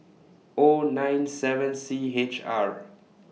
O nine seven C H R